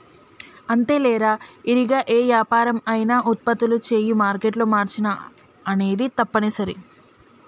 అంతేలేరా ఇరిగా ఏ యాపరం అయినా ఉత్పత్తులు చేయు మారేట్ల మార్చిన అనేది తప్పనిసరి